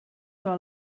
are